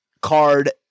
card